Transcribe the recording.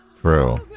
True